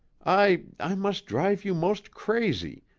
i i must drive you most crazy,